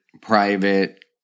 private